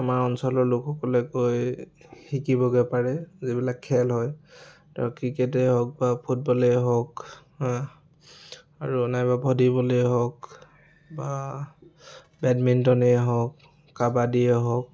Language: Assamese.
আমাৰ অঞ্চলৰ লোকসকলে গৈ শিকিবগৈ পাৰে যিবিলাক খেল হয় আৰু ক্ৰিকেতেই হওক বা ফুটবলেই হওক আহ আৰু নাইবা ভলিবলেই হওক বা বেডমিণ্টনেই হওক কাবাদিয়েই হওক